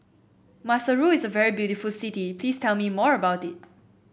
maseru is a very beautiful city please tell me more about it